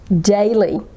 Daily